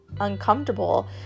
uncomfortable